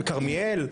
בכרמיאל?